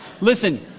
Listen